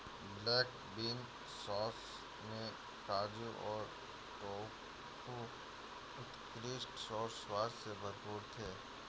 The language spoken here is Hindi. ब्लैक बीन सॉस में काजू और टोफू उत्कृष्ट और स्वाद से भरपूर थे